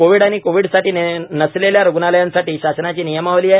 COVID आणि कोव्हिडसाठी नसलेल्या रुग्णालयांसाठी शासनाची नियमावली आहे